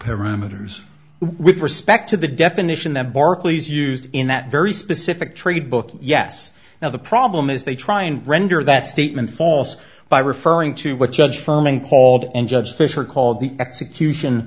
parameters with respect to the definition that barclays used in that very specific trade book yes now the problem is they try and render that statement false by referring to what judge firm called and judge fisher called the